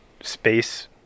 space